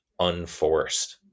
unforced